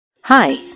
Hi